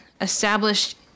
Established